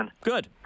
Good